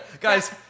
Guys